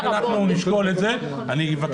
עשית